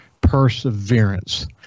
perseverance